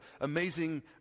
amazing